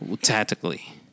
tactically